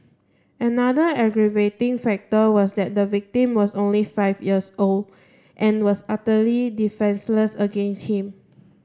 another aggravating factor was that the victim was only five years old and was utterly defenceless against him